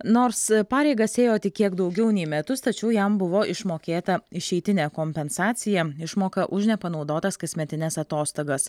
nors pareigas ėjo tik kiek daugiau nei metus tačiau jam buvo išmokėta išeitinė kompensacija išmoka už nepanaudotas kasmetines atostogas